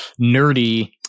nerdy